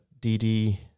DD